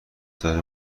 داره